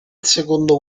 secondo